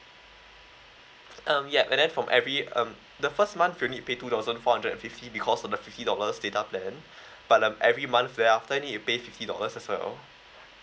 um yup and then from every um the first month you'll need to pay two thousand four hundred and fifty because of the fifty dollars data plan but um every month thereafter you need to pay fifty dollars as well